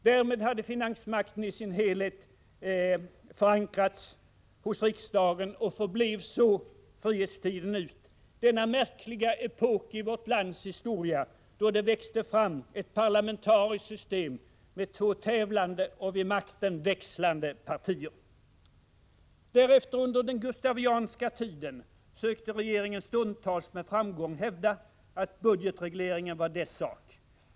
Därmed hade finansmakten sin helhet förankrats hos riksdagen och förblev så frihetstiden ut, denna märkliga epok i vårt lands historia, då det växte fram ett parlamentariskt system med två tävlande och vid makten växlande partier. Under den gustavianska tiden sökte regeringen stundtals med framgång hävda att budgetregleringen var dess sak.